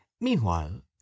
Meanwhile